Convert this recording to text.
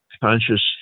conscious